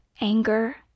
anger